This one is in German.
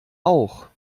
auch